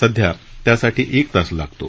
सध्या त्यासाठी एक तास लागतो